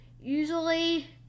usually